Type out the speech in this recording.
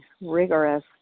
rigorous